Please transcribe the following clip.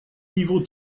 evil